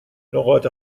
نقاط